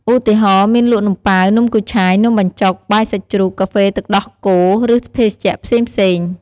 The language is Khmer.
ឧទាហរណ៍ មានលក់នំប៉ាវ នំគូឆាយ នំបញ្ចុក បាយសាច់ជ្រូក កាហ្វេទឹកដោះគោ ឬភេសជ្ជៈផ្សេងៗ។